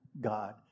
God